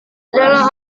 adalah